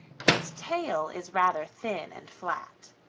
his tail is rather thin and flat.